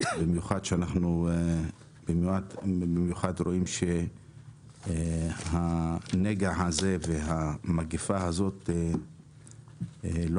במיוחד כשאנחנו רואים שהנגע הזה והמגפה הזאת לא